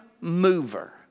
mover